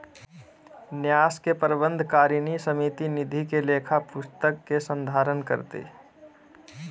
न्यास के प्रबंधकारिणी समिति निधि के लेखा पुस्तिक के संधारण करतय